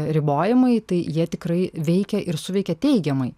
ribojimai tai jie tikrai veikia ir suveikia teigiamai